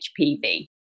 HPV